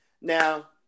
Now